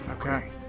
Okay